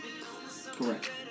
Correct